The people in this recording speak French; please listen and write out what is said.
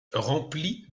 remplis